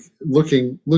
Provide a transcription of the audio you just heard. looking